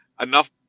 enough